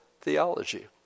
theology